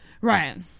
Right